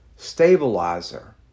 Stabilizer